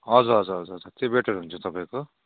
हजुर हजुर हजुर हजुर त्यो बेटर हुन्छ तपाईँको